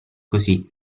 così